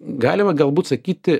galima galbūt sakyti